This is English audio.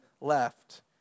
left